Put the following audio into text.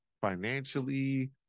financially